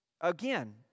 again